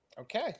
Okay